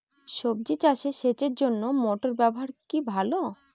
সবজি চাষে সেচের জন্য মোটর ব্যবহার কি ভালো?